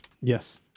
Yes